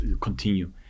continue